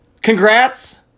Congrats